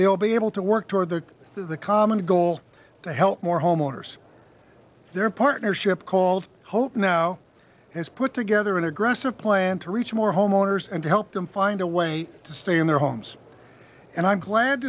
will be able to work toward the the common goal to help more homeowners their partnership called hope now has put together an aggressive plan to reach more homeowners and to help them find a way to stay in their homes and i'm glad